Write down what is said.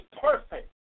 perfect